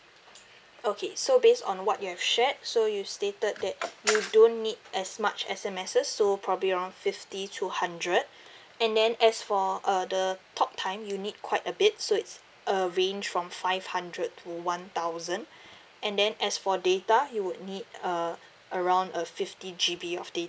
okay so based on what you have shared so you stated that you don't need as much S_M_Ss so probably around fifty to hundred and then as for uh the talk time you need quite a bit so it's a range from five hundred to one thousand and then as for data you would need uh around uh fifty GB of data